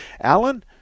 Alan